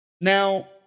Now